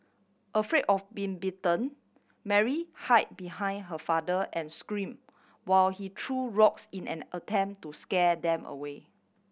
afraid of been bitten Mary hid behind her father and scream while he threw rocks in an attempt to scare them away